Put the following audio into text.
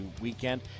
weekend